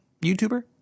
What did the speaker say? YouTuber